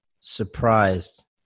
surprised